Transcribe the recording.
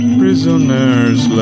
prisoners